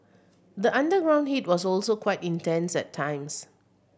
the underground heat was also quite intense at times